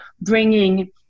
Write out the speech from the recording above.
bringing